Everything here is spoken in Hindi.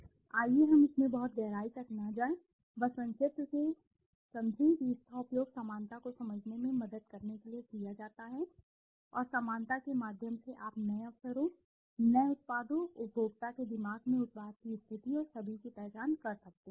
आइए हम इसमें बहुत अधिक गहराई तक न जाएं बस संक्षिप्त से समझें कि इसका उपयोग समानता को समझने में मदद करने के लिए किया जाता है और समानता के माध्यम से आप नए अवसरों नए उत्पादों उपभोक्ता के दिमाग में उत्पाद की स्थिति और सभी की पहचान कर सकते हैं ये बातें